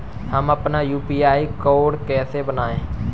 हम अपना UPI code कैसे बनाएँ?